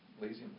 laziness